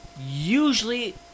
usually